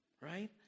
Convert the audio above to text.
Right